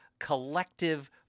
collective